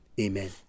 Amen